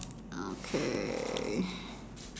okay